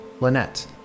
Lynette